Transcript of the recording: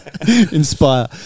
Inspire